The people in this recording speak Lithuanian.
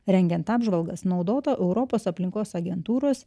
rengiant apžvalgas naudota europos aplinkos agentūros